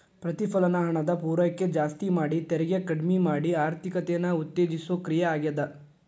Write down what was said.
ಪ್ರತಿಫಲನ ಹಣದ ಪೂರೈಕೆ ಜಾಸ್ತಿ ಮಾಡಿ ತೆರಿಗೆ ಕಡ್ಮಿ ಮಾಡಿ ಆರ್ಥಿಕತೆನ ಉತ್ತೇಜಿಸೋ ಕ್ರಿಯೆ ಆಗ್ಯಾದ